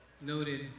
noted